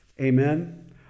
amen